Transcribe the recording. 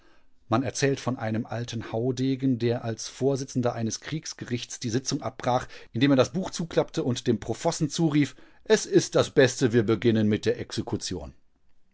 man erzählt von einem alten haudegen der als vorsitzender eines kriegsgerichts die sitzung abbrach indem er das buch zuklappte und dem profossen zurief es ist das beste wir beginnen mit der exekution